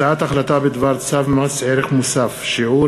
הצעת החלטה בדבר צו מס ערך מוסף (שיעור